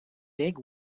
big